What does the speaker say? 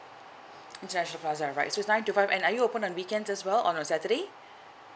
international plaza right so it's nine to five and are you open on weekends as well on a saturday